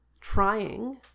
trying